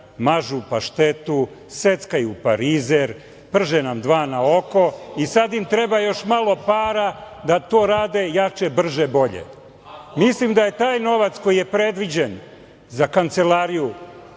mažu paštetu, seckaju parizer, prže nam dva na oko i sad im treba još malo para da to rade jače, brže, bolje. Mislim da je taj novac koji je predviđen za kancelariju